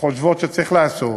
חושבות שצריך לעשות,